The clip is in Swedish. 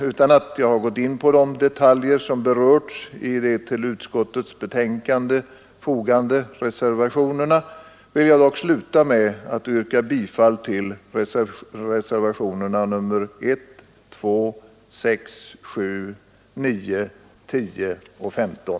Utan att ha gått in på de detaljer som berörts i de till utskottets betänkande fogade reservationerna vill jag avsluta med att yrka bifall till reservationerna 1, 2, 6, 7, 9, 10 och 15.